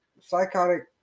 Psychotic